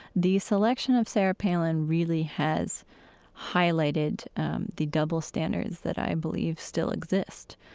the selection of sarah palin really has highlighted the double standards that i believe still exist.